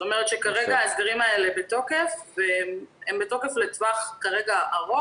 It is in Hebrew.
זאת אומרת שכרגע ההסדרים האלה הם בתוקף לטווח ארוך